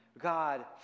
God